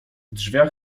drzwiach